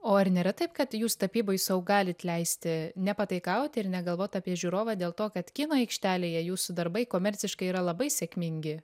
o ar nėra taip kad jūs tapyboj sau galit leisti nepataikauti ir negalvot apie žiūrovą dėl to kad kino aikštelėje jūsų darbai komerciškai yra labai sėkmingi